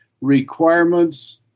requirements